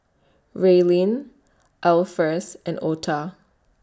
Raelynn Alpheus and Otha